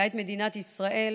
כעת מדינת ישראל